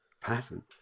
pattern